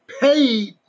paid